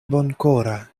bonkora